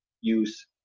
use